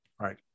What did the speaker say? right